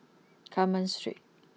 Carmen Street